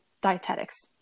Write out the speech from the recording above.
dietetics